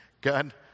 God